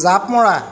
জাঁপ মৰা